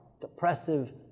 depressive